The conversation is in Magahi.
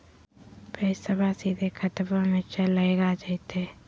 पैसाबा सीधे खतबा मे चलेगा जयते?